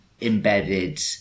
embedded